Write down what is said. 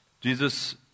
Jesus